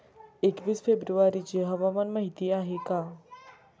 एकवीस फेब्रुवारीची हवामान माहिती आहे का?